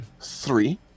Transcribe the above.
three